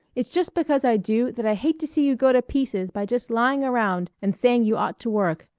it's just because i do that i hate to see you go to pieces by just lying around and saying you ought to work.